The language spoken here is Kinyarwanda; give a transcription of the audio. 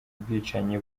ubwicanyi